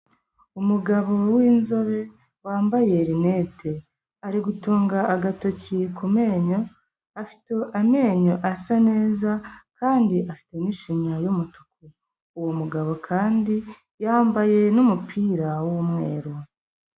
Umugabo w'inzobe wambaye lunette, ari gutunga agatoki ku menyo, afite amenyo asa neza kandi afite n'ishinya y'umutuku. Uwo mugabo kandi yambaye n'umupira w'umweru.